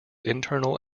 internal